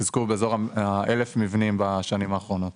חיזקו באזור ה-1,000 מבנים בשנים האחרונות.